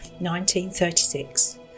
1936